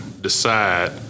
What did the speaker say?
decide